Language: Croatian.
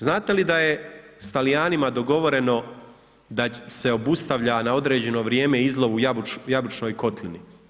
Znate li da je s Talijanima dogovoreno da se obustavlja na određeno vrijeme izlov u jabučnoj kotlini?